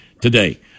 today